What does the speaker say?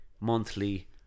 monthly